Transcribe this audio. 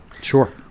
sure